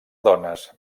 dones